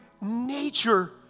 nature